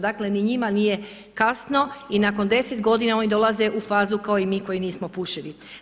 Dakle, ni njima nije kasno i nakon 10 godina oni dolaze u fazu kao i mi koji nismo pušili.